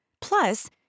Plus